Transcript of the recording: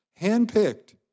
handpicked